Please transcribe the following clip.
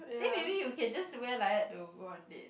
then maybe you can just wear like that to go on date